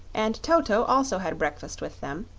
and toto also had breakfast with them,